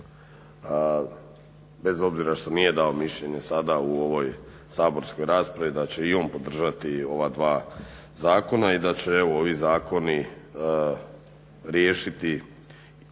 bez obzira što nije dao mišljenje sada u ovoj saborskoj raspravi da će i on podržati ova dva zakona i da će evo ovi zakoni riješiti